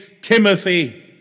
Timothy